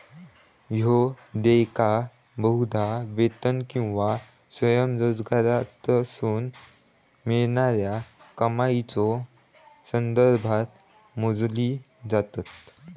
ह्या देयका बहुधा वेतन किंवा स्वयंरोजगारातसून मिळणाऱ्या कमाईच्यो संदर्भात मोजली जातत